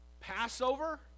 passover